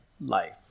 life